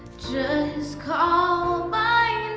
call my